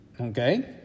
Okay